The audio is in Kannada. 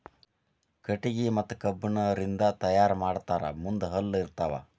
ಕಟಗಿ ಮತ್ತ ಕಬ್ಬಣ ರಿಂದ ತಯಾರ ಮಾಡಿರತಾರ ಮುಂದ ಹಲ್ಲ ಇರತಾವ